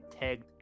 tagged